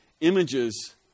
images